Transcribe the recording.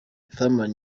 fireman